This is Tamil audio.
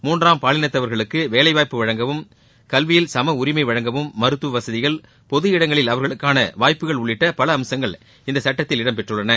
மூன்றாம் பாலினத்தவர்களுக்கு வேலை வாய்ப்பு வழங்கவும் கல்வியில் சம உரிமை வழங்கவும் மருத்துவ வசதிகள் பொது இடங்களில் அவர்களுக்கான வாய்ப்புகள் உள்ளிட்ட பல அம்சங்கள் இந்த சட்டத்தில் இடம் பெற்றுள்ளது